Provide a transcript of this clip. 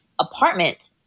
apartment